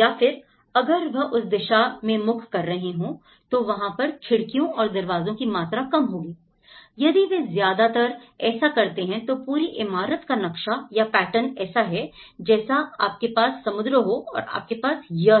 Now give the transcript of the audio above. या फिर अगर वह उस दिशा में मुख कर रहे हैं तो वहां पर खिड़कियों और दरवाजों की मात्रा कम होगी यदि वे ज्यादातर ऐसा करते हैं तो पूरी इमारत का नक्शा या पैटर्न ऐसा है जैसे आपके पास समुद्र हो और आपके पास यह है